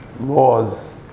laws